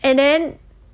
and then